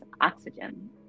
oxygen